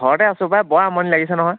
ঘৰতে আছোঁ পাই বৰ আমনি লাগিছে নহয়